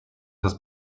his